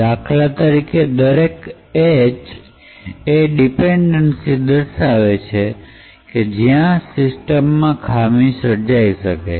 દાખલા તરીકે દરેક h એ ડિપેન્ડન્સી દર્શાવે છે કે જ્યાં સિસ્ટમ માં ખામી સર્જાઇ શકે છે